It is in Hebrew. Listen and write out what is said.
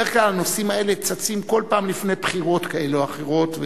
בדרך כלל הנושאים האלה צצים כל פעם לפני בחירות כאלה או אחרות,